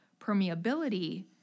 permeability